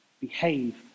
behave